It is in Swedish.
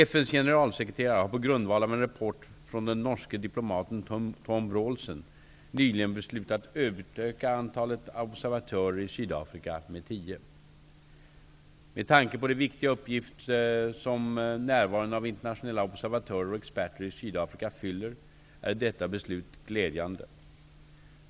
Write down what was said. FN:s generalsekreterare har på grundval av en rapport från den norske diplomaten Tom Vraalsen nyligen beslutat utöka antalet observatörer i Sydafrika med tio. Med tanke på den viktiga uppgift som närvaron av internationella observatörer och experter i Sydafrika fyller är detta beslut glädjande.